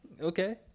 Okay